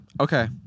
Okay